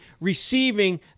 receiving